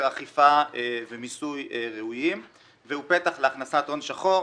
אכיפה ומיסוי ראויים והוא פתח להכנסת הון שחור.